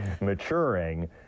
maturing